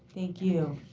thank you.